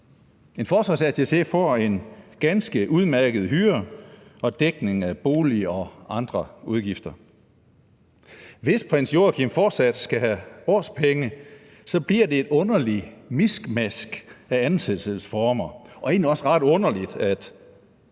En forsvarsattaché får en ganske udmærket hyre og dækning af boligudgifter og andre udgifter. Hvis prins Joachim fortsat skal have årpenge, bliver det et underligt miskmask af ansættelsesformer, og det er egentlig også ret underligt, at